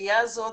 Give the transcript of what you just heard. הסוגיה הזאת